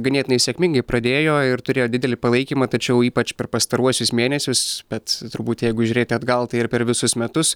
ganėtinai sėkmingai pradėjo ir turėjo didelį palaikymą tačiau ypač per pastaruosius mėnesius bet turbūt jeigu žiūrėti atgal tai ir per visus metus